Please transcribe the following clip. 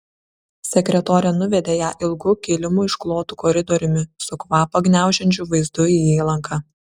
sekretorė nuvedė ją ilgu kilimu išklotu koridoriumi su kvapą gniaužiančiu vaizdu į įlanką